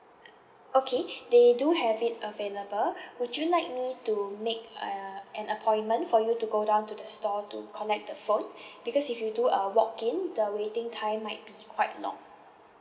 okay they do have it available would you like me to make uh an appointment for you to go down to the store to collect the phone because if you do a walk-in the waiting time might be quite long